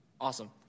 Awesome